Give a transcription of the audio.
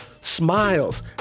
smiles